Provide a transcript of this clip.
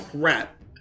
crap